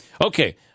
okay